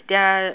there are